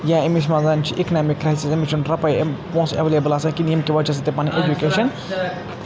یا أمِس منٛز چِھ اِکنامِک کَریِسِز أمِس چھنہٕ رُۄپَے پونٛسہٕ ایٚولیبٕل آسان کِہیٖنۍ یِمہِ کہِ وَجہ سۭتۍ یہِ پَنٕنۍ ایٚجُوکیشَن